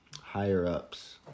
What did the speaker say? higher-ups